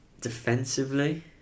Defensively